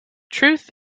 truth